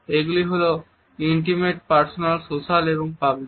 এগুলি হল intimate personal social এবং পাবলিক